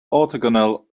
orthogonal